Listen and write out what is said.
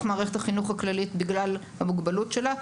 מערכת החינוך הכללית בגלל המוגבלות שלה,